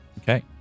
Okay